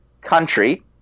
country